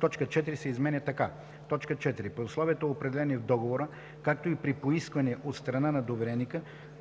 точка 4 се изменя така: „4. при условията, определени в договора, както и при поискване от страна на довереника